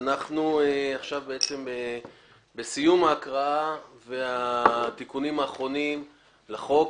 אנחנו בסיום ההקראה והתיקונים האחרונים לחוק.